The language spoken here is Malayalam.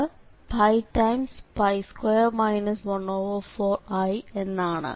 ഇത് 2 14i എന്നാണ്